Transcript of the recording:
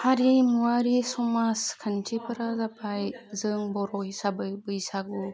हारिमुवारि समाजखान्थिफोरा जाबाय जों बर' हिसाबै बैसागु